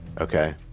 Okay